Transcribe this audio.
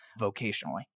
vocationally